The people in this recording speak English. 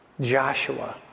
Joshua